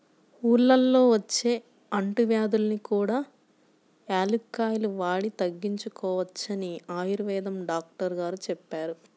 ఊళ్ళల్లో వచ్చే అంటువ్యాధుల్ని కూడా యాలుక్కాయాలు వాడి తగ్గించుకోవచ్చని ఆయుర్వేదం డాక్టరు గారు చెప్పారు